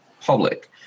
public